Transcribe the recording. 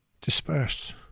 disperse